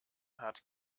hat